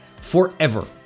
Forever